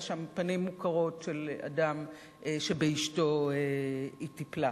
שם פנים מוכרות של אדם שבאשתו היא טיפלה.